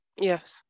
Yes